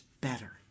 better